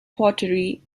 pottery